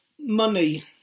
money